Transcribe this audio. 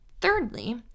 Thirdly